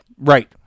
Right